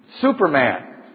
Superman